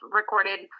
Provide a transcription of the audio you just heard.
recorded